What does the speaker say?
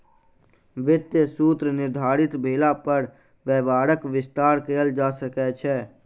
वित्तीय सूत्र निर्धारित भेला पर व्यापारक विस्तार कयल जा सकै छै